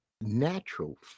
natural